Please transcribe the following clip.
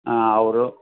ಹಾಂ ಅವರು